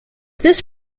this